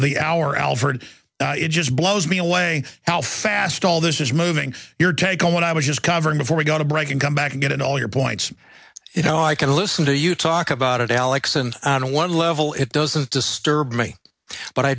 the hour alford it just blows me away how fast all this is moving your take on what i was covering before we go to break and come back and get all your points you know i can listen to you talk about it alex and on one level it doesn't disturb me but i